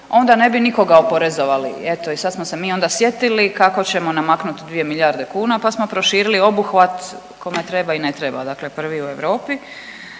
onda ne bi nikoga oporezovali, eto i smo se mi onda sjetili kako ćemo namaknut dvije milijarde kuna, pa smo proširili obuhvat kome treba i ne treba, dakle prvi u Europi.